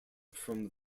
from